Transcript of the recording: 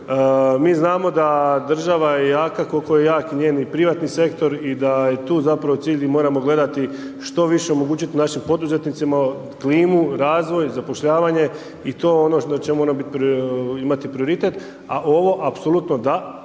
mi znamo da je država jaka koliko je jak i njen privatni sektor i da je tu zapravo cilj di moramo gledati što više omogućiti našim poduzetnicima, klimu, razvoj, zapošljavanje i to je ono na čemu mora imati prioritet. A ovo apsolutno da,